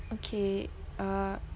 okay uh